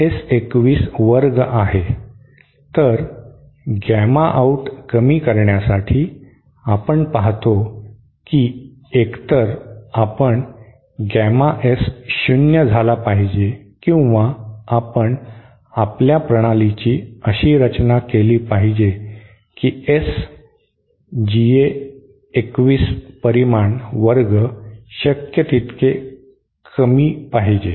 तर gamma out कमी करण्यासाठी आपण पाहतो की एकतर आपण गॅमा S शून्य झाला पाहिजे किंवा आपण आपल्या प्रणालीची अशी रचना केली पाहिजे की S ga 2 1 परिमाण वर्ग शक्य तितके कमी पाहिजे